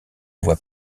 voit